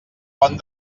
pont